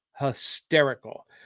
hysterical